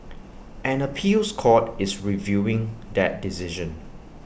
an appeals court is reviewing that decision